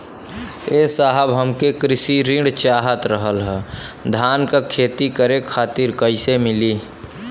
ए साहब हमके कृषि ऋण चाहत रहल ह धान क खेती करे खातिर कईसे मीली?